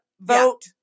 vote